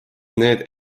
need